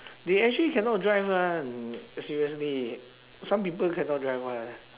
they actually cannot drive [one] seriously some people cannot drive [one]